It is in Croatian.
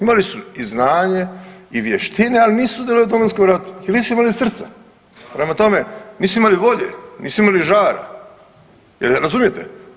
Imali su i znanje i vještine, ali nisu sudjelovali u Domovinskom ratu jel nisu imali srca, prema tome nisu imali volje, nisu imali žar jel razumijete.